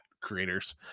creators